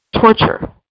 torture